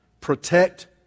Protect